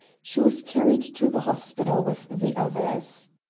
she was carried to the hospital with the others.